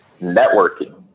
networking